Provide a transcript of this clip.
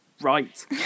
Right